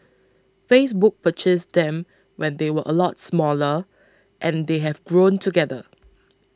Facebook purchased them when they were a lot smaller and they have grown together